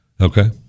Okay